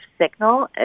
signal